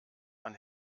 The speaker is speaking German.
man